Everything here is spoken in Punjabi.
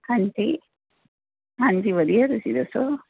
ਹਾਂਜੀ ਹਾਂਜੀ ਵਧੀਆ ਤੁਸੀਂ ਦੱਸੋ